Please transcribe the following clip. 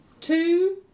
two